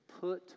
put